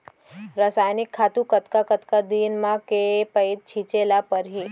रसायनिक खातू कतका कतका दिन म, के पइत छिंचे ल परहि?